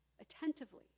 attentively